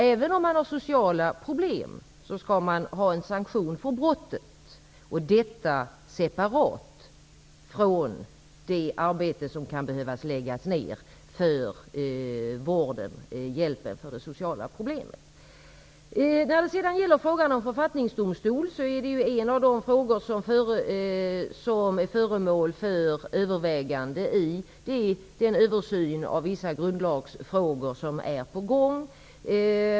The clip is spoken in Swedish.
Även om man har sociala problem skall man ha en sanktion för brottet. Detta skall ske separat från det arbete som kan behöva läggas ner för hjälp för det sociala problemet. Frågan om en författningsdomstol är en av de frågor som är föremål för överväganden i den översyn av vissa grundlagsfrågor som är på gång.